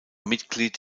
mitglied